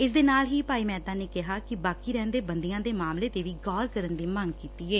ਇਸ ਦੇ ਨਾਲ ਹੀ ਭਾਈ ਮਹਿਤਾ ਨੇ ਬਾਕੀ ਰਹਿੰਦੇ ਬੰਦੀਆਂ ਦੇ ਮਾਮਲੇ ਤੇ ਵੀ ਗੌਰ ਕਰਨ ਵੀ ਮੰਗ ਕੀਤੀ ਏ